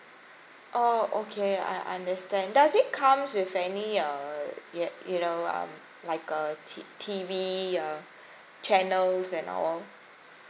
oh okay I understand does it comes with any uh you you know like a T_V uh channels and all